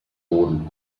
boden